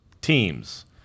teams